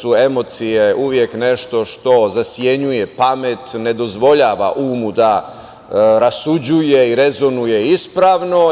su emocije uvek nešto što zasenjuje pamet, ne dozvoljava umu da rasuđuje i rezonuje ispravno.